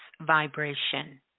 vibration